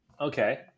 Okay